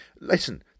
listen